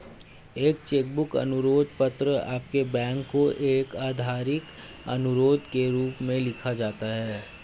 एक cheque book अनुरोध पत्र आपके बैंक को एक आधिकारिक अनुरोध के रूप में लिखा जाता है